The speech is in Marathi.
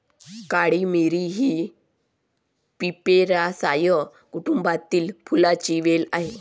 काळी मिरी ही पिपेरासाए कुटुंबातील फुलांची वेल आहे